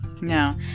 No